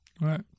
Right